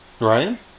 Ryan